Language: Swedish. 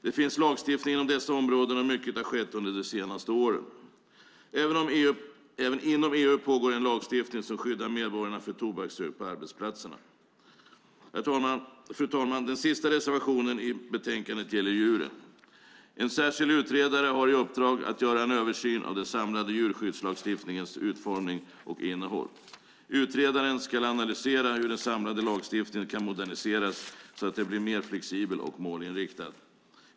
Det finns lagstiftning inom detta område och mycket har skett under de senaste åren. Även inom EU pågår en lagstiftning som skyddar medborgarna från tobaksrök på arbetsplatserna. Fru talman! Den sista reservationen i betänkandet gäller djuren. En särskild utredare har i uppdrag att göra en översyn av den samlade djurskyddslagstiftningens utformning och innehåll. Utredaren ska analysera hur den samlade lagstiftningen kan moderniseras så att den blir mer flexibel och målinriktad.